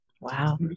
wow